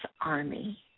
army